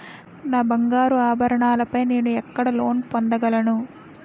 నా బంగారు ఆభరణాలపై నేను ఎక్కడ లోన్ పొందగలను?